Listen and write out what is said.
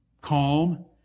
calm